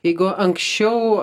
jeigu anksčiau